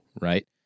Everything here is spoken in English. Right